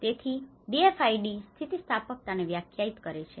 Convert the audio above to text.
તેથી DFID સ્થિતિસ્થાપકતાને વ્યાખ્યાયિત કરે છે